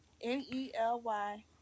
N-E-L-Y